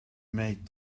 maid